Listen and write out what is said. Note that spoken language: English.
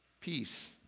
peace